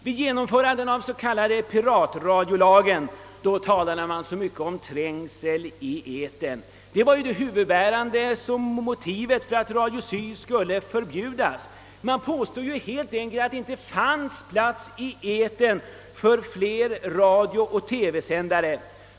Vid genomförandet av den s.k. piratradiolagen talades mycket om trängseln i etern. Detta var huvudmotivet för att Radio Syd skulle förbjudas. Man påstod helt enkelt att det i etern inte fanns plats för flera radiooch TV sändare.